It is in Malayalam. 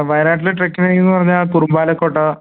വയനാട്ടിൽ ട്രെക്കിങ്ങിനെന്ന് പറഞ്ഞാൽ കുറുംബാലകോട്ട